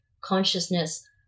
consciousness